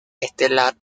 estelar